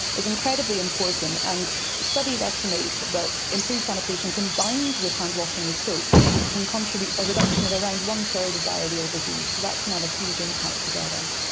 is incredibly important. and studies estimate that improved sanitation combined with hand washing with soap can contribute a reduction of around one-third of diarrhoeal disease. so that can have a huge impact together.